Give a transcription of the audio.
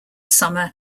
summer